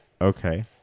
Okay